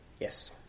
Yes